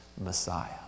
Messiah